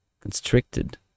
constricted